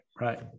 Right